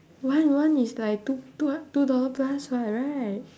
one one is like t~ two ah two dollar plus [what] right